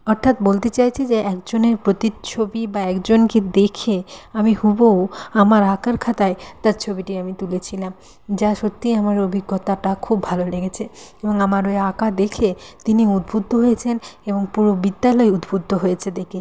অর্থাৎ বলতে চাইছি যে একজনের প্রতিচ্ছবি বা একজনকে দেখে আমি হুবহু আমার আঁকার খাতায় তার ছবিটি আমি তুলেছিলাম যা সত্যি আমার অভিজ্ঞতাটা খুব ভালো লেগেছে এবং আমার ওই আঁকা দেখে তিনি উদ্বুদ্ধ হয়েছেন এবং পুরো বিদ্যালয় উদ্বুদ্ধ হয়েছে দেখে